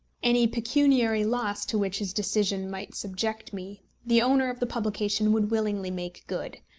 any pecuniary loss to which his decision might subject me the owner of the publication would willingly make good.